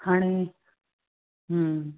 हाणे हम्म